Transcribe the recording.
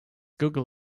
google